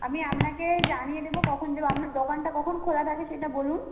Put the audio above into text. আমি আপনাকে জানিয়ে দেবো কখন যাব আপনার দোকানটা কখন খোলা থাকে সেটা বলুন